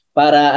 para